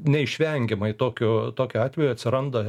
neišvengiamai tokiu tokiu atveju atsiranda